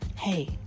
Hey